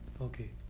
Okay